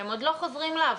הם עוד לא חוזרים לעבודה.